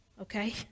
okay